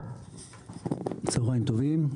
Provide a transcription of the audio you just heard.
צהריים טובים.